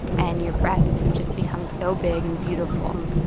and your breasts have just become so big and beautiful. um